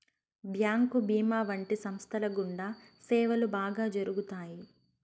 bank భీమా వంటి సంస్థల గుండా సేవలు బాగా జరుగుతాయి